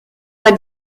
pas